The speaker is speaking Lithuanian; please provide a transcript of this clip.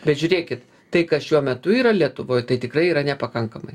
bet žiūrėkit tai kas šiuo metu yra lietuvoj tai tikrai yra nepakankamai